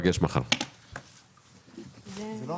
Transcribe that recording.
הישיבה ננעלה בשעה 12:18.